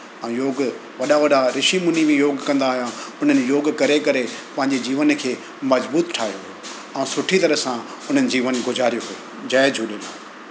ऐं योग वॾा वॾा ऋषि मुनि बि योग कंदा हुआ हुननि योग करे करे पंहिंजी जीवन खे मजबूत ठाहियो ऐं सुठी तरह सां हुननि जीवन गुज़ारियो हुओ जय झूलेलाल